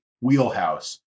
wheelhouse